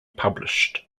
published